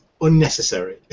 unnecessary